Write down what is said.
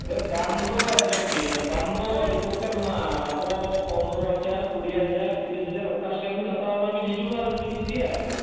ᱟᱨᱮ ᱫᱟᱢ ᱫᱚ ᱟᱸᱡᱚᱢ ᱵᱤᱱ ᱫᱟᱢ ᱫᱚ ᱟᱹᱰᱤ ᱯᱚᱨᱠᱟᱨ ᱢᱮᱱᱟᱜᱼᱟ ᱟᱵᱚ ᱯᱚᱱᱫᱨᱚ ᱦᱟᱡᱟᱨ ᱠᱩᱲᱤ ᱦᱟᱡᱟᱨ ᱛᱤᱨᱤᱥ ᱦᱟᱡᱟᱨ ᱚᱠᱟ ᱞᱮᱠᱟᱱ ᱵᱤᱱ ᱦᱟᱛᱟᱣᱟ ᱚᱱᱟ ᱵᱤᱱ ᱦᱤᱡᱩᱜᱼᱟ ᱟᱨ ᱵᱤᱱ ᱤᱫᱤᱭᱟ ᱟᱨ